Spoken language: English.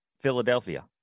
Philadelphia